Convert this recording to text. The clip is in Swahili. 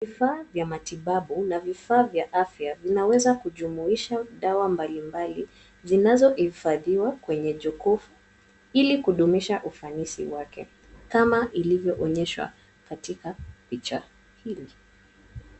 Vifaa vya matibabu na vifaa vya afya, vinaweza kujumuisha dawa mbalimbali zinazohifadhiwa kwenye jokofu ili kudumisha ufanisi wake. Kama ilivyoonyeshwa katika picha hili.